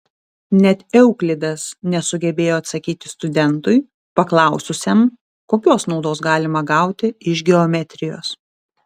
net euklidas nesugebėjo atsakyti studentui paklaususiam kokios naudos galima gauti iš geometrijos